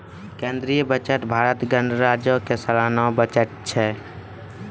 केंद्रीय बजट भारत गणराज्यो के सलाना बजट छै